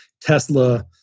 Tesla